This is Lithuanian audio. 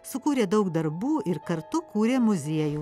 sukūrė daug darbų ir kartu kūrė muziejų